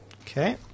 Okay